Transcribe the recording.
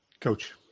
Coach